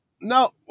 No